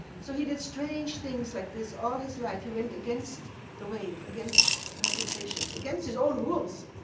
so he did strange things like this all his life. he went against the wave, against the reputations, against his own rules.